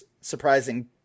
surprising